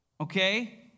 okay